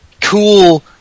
cool